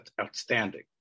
outstanding